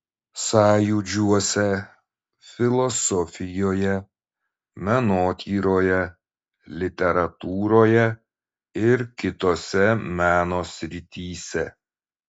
sąjūdžiuose filosofijoje menotyroje literatūroje ir kitose meno srityse